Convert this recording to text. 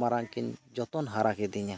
ᱢᱟᱨᱟᱝ ᱠᱤᱱ ᱡᱚᱛᱚᱱ ᱦᱟᱨᱟ ᱠᱤᱫᱤᱧᱟ